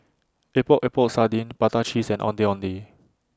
Epok Epok Sardin Prata Cheese and Ondeh Ondeh